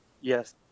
Yes